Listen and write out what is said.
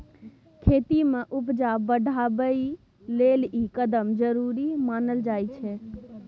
खेती में उपजा बढ़ाबइ लेल ई कदम जरूरी मानल जाइ छै